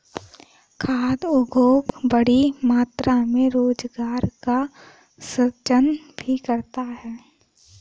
खाद्य उद्योग बड़ी मात्रा में रोजगार का सृजन भी करता है